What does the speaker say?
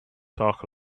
talk